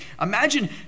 Imagine